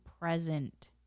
present